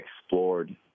explored